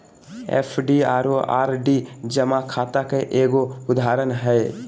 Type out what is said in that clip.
FD आरो RD जमा खाता के एगो उदाहरण हय